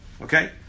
Okay